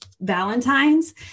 Valentine's